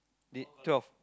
t~ twelve